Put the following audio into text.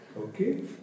Okay